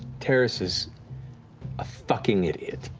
terrence is a fucking idiot.